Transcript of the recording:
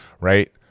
right